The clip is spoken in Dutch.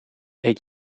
eet